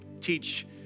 teach